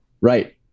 Right